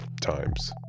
times